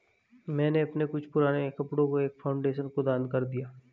मैंने अपने कुछ पुराने कपड़ो को एक फाउंडेशन को दान कर दिया